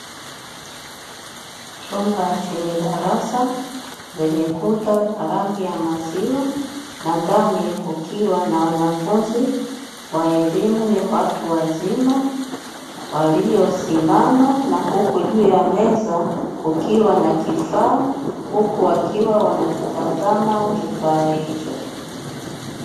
Chumba chenye darasa zenye kuta za rangi ya maziwa, na ndani kukiwa na wanafunzi wa elimu ya watu wazima, waliosimama na huku juu ya meza kukiwa na kifaa huku wakiwa wanakitazama kifaa hicho.